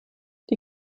die